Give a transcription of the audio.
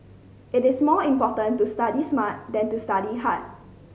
it is more important to study smart than to study hard